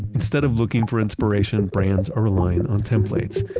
instead of looking for inspiration brands are relying on templates,